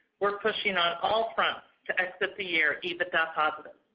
we're pushing on all fronts to exit the year ebitda positive.